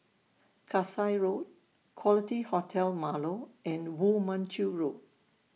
Kasai Road Quality Hotel Marlow and Woo Mon Chew Road